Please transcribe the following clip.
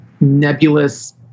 nebulous